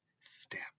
step